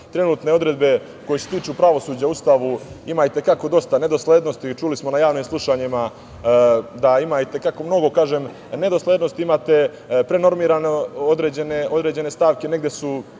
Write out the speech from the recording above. samih. Trenutne odredbe koje se tiču pravosuđa u Ustavu imaju i te kako dosta nedoslednosti. Čuli smo na javnim slušanjima da ima i te kako mnogo nedoslednosti, imate prenormirane određene stavke, negde su